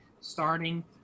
starting